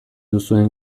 duzuen